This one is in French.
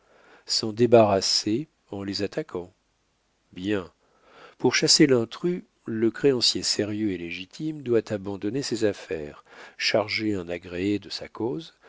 s'en débarrasser en les attaquant bien pour chasser l'intrus le créancier sérieux et légitime doit abandonner ses affaires charger un agréé de sa cause